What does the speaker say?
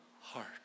heart